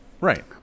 Right